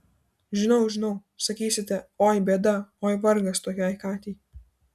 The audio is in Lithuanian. žinau žinau sakysite oi bėda oi vargas tokiai katei